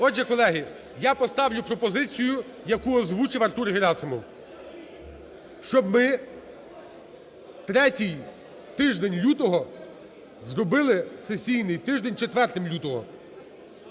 Отже, колеги, я поставлю пропозицію, яку озвучив Артур Герасимов. Щоб ми третій тиждень лютого зробили сесійний тиждень четвертим лютого.